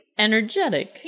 energetic